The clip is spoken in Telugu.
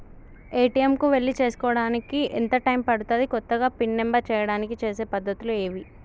ఏ.టి.ఎమ్ కు వెళ్లి చేసుకోవడానికి ఎంత టైం పడుతది? కొత్తగా పిన్ నంబర్ చేయడానికి చేసే పద్ధతులు ఏవి?